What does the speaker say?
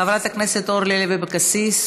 חברת הכנסת אורלי לוי אבקסיס,